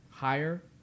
higher